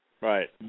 Right